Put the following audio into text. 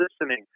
listening